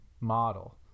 model